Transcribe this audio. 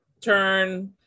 turn